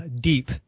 deep